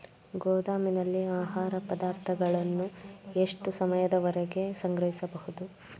ಗೋದಾಮಿನಲ್ಲಿ ಆಹಾರ ಪದಾರ್ಥಗಳನ್ನು ಎಷ್ಟು ಸಮಯದವರೆಗೆ ಸಂಗ್ರಹಿಸಬಹುದು?